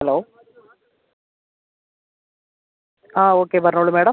hello ആ okay പറഞ്ഞോളൂ madam